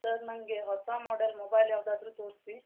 sir ನನಗೆ ಹೊಸ model mobile ಯಾವುದಾದ್ರು ತೋರಿಸಿ